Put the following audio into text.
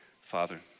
Father